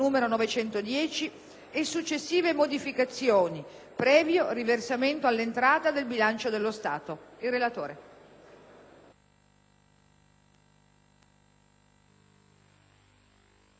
e successive modificazioni, previo riversamento all'entrata del bilancio dello Stato